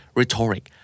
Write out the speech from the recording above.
rhetoric